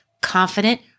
confident